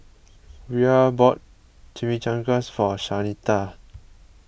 Rhea bought Chimichangas for Shanita